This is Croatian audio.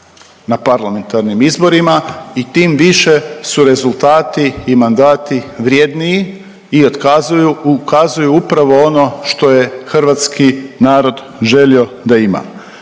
na parlamentarnim izborima i tim više su rezultati i mandati vrjedniji i otkazuju, ukazuju upravo ono što je hrvatski narod želio da ima.